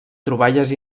troballes